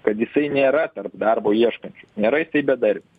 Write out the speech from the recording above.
kad jisai nėra tarp darbo ieškančių nėra jisai bedarbis